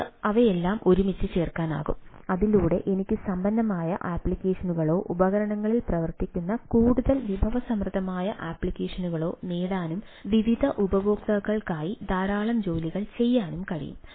നമുക്ക് അവയെല്ലാം ഒരുമിച്ച് ചേർക്കാനാകും അതിലൂടെ എനിക്ക് സമ്പന്നമായ ആപ്ലിക്കേഷനുകളോ ഉപകരണങ്ങളിൽ പ്രവർത്തിക്കുന്ന കൂടുതൽ വിഭവസമൃദ്ധമായ ആപ്ലിക്കേഷനുകളോ നേടാനും വിവിധ ഉപയോക്താക്കൾക്കായി ധാരാളം ജോലികൾ ചെയ്യാനും കഴിയും